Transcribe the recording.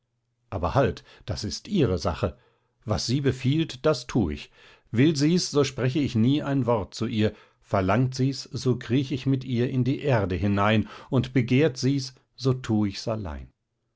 aber halt das ist ihre sache was sie befiehlt das tu ich will sie's so sprech ich nie ein wort zu ihr verlangt sie's so kriech ich mit ihr in die erde hinein und begehrt sie's so tue ich's allein